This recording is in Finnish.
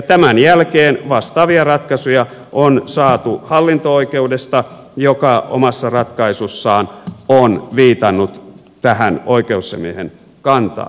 tämän jälkeen vastaavia ratkaisuja on saatu hallinto oikeudesta joka omassa ratkaisussaan on viitannut tähän oikeusasiamiehen kantaan